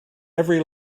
every